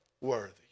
worthy